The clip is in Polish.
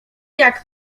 jak